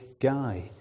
guy